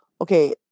okay